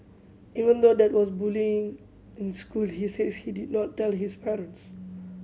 even though there was bullying in school he says he did not tell his parents